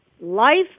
Life